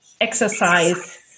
exercise